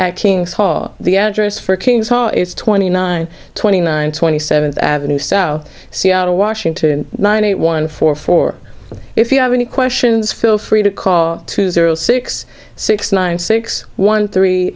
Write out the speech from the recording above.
king saw the address for king's hall is twenty nine twenty nine twenty seventh avenue south seattle washington nine eight one four four if you have any questions feel free to call two zero six six nine six one three